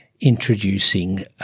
introducing